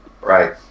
right